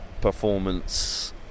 performance